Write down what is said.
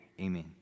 amen